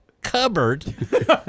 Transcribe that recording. cupboard